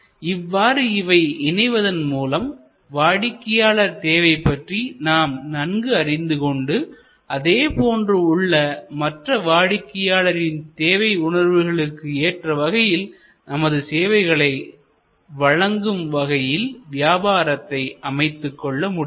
இவ்வாறு இவை இணைவதன் மூலம் வாடிக்கையாளர் தேவை பற்றி நாம் நன்கு அறிந்து கொண்டு அதேபோன்று உள்ள மற்ற வாடிக்கையாளரின் தேவை உணர்வுகளுக்கு ஏற்ற வகையில் நமது சேவைகளை வழங்கும் வகையில் வியாபாரத்தை அமைத்துக் கொள்ள முடியும்